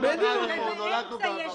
נולדנו ברחוב?